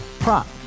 Prop